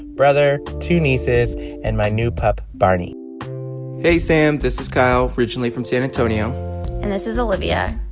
brother, two nieces and my new pup barney hey, sam. this is kyle, originally from san antonio and this is olivia.